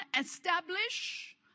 establish